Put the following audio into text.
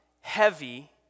heavy